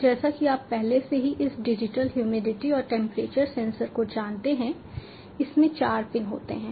तो जैसा कि आप पहले से ही इस डिजिटल ह्यूमिडिटी और टेंपरेचर सेंसर को जानते हैं इसमें 4 पिन होते हैं